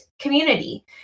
community